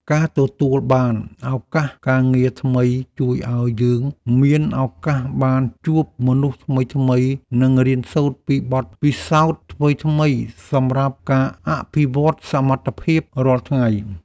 ការទទួលបានឱកាសការងារថ្មីជួយឱ្យយើងមានឱកាសបានជួបមនុស្សថ្មីៗនិងរៀនសូត្រពីបទពិសោធន៍ថ្មីៗសម្រាប់ការអភិវឌ្ឍសមត្ថភាពរាល់ថ្ងៃ។